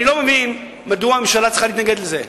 אני לא מבין מדוע הממשלה צריכה להתנגד לזה.